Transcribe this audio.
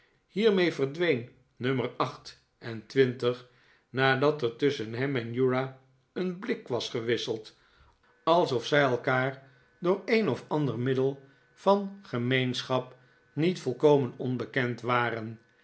hiermee verdween nummer acht en twintig nadat er tusschen hem en uriah een blik was gewisseld alsof zij elkaar door een of ander middel van gemeendavid copperfield schap niet volkomen onbekend waren